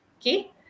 okay